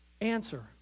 Answer